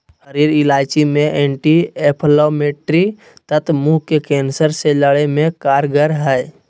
हरीयर इलायची मे एंटी एंफलामेट्री तत्व मुंह के कैंसर से लड़े मे कारगर हई